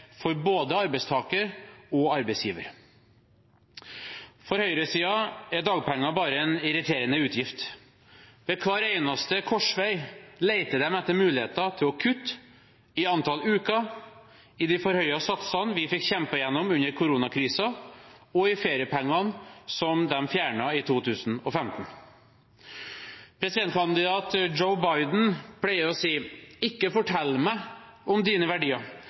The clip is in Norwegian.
for både arbeidstaker og arbeidsgiver. For høyresiden er dagpenger bare en irriterende utgift. Ved hver eneste korsvei leter de etter muligheter for å kutte i antall uker, i de forhøyede satsene vi fikk kjempet gjennom under koronakrisen, og i feriepengene som de fjernet i 2015. Presidentkandidat Joe Biden pleier å si: Ikke fortell meg om dine verdier